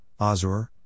Azur